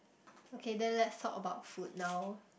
okay then let's talk about food now